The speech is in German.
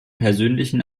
persönlichen